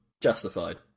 justified